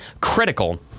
critical